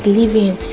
living